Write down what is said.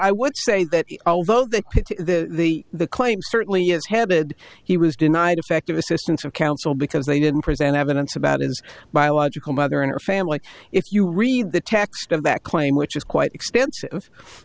i would say that although the the the the claim certainly is headed he was denied effective assistance of counsel because they didn't present evidence about his biological mother and her family if you read the text of that claim which is quite extensive